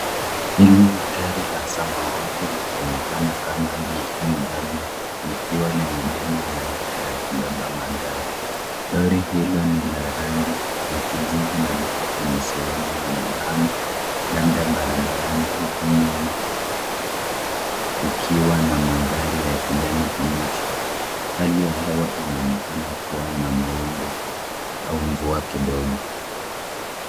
Hili ni gari la samawati likionekana kama BMW likiwa limebebwa na lori la kubeba magari. Lori hilo ni la rangi ya kijivu na liko kwenye sehemu yenye lami labda barabarani huku nyuma kukiwa na mandhari ya kijani kibichi. Hali ya hewa inaonekana kuwa na mawingu au mvua kidogo.